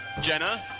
jenna,